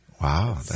Wow